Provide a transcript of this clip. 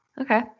Okay